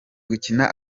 gukina